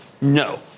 No